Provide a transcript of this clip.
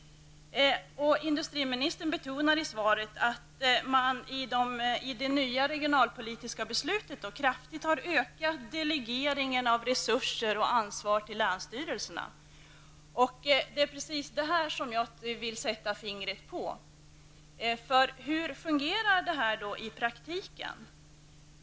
Industriministern betonar i svaret att man i det nya regionalpolitiska beslutet kraftigt har ökat delegeringen av resurser och ansvar till länsstyrelserna. Men det är precis vad jag vill sätta fingret på, för hur fungerar det i praktiken?